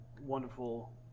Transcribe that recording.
wonderful